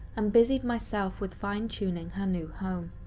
um busied myself with fine-tuning her new home.